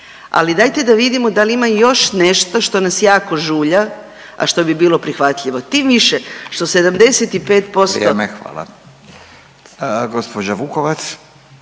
Ali, dajte da vidimo da li ima još nešto što nas jako žulja, a što bi bilo prihvatljivo. Tim više što 75% … **Radin, Furio